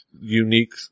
unique